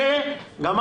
אמר